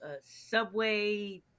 subway